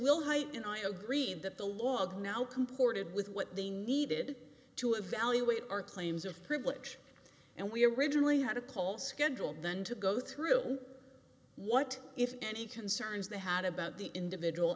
will heighten i agree that the log now comported with what they needed to evaluate our claims of privilege and we originally had a call scheduled then to go through what if any concerns they had about the individual